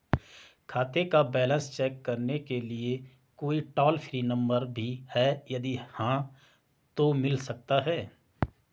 खाते का balance check करने के लिए कोई टॉल फ्री नम्बर भी है यदि हाँ तो मिल सकता है?